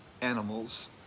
animals